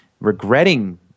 regretting